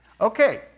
Okay